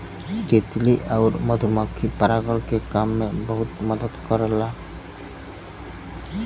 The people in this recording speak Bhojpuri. तितली आउर मधुमक्खी परागण के काम में बहुते मदद करला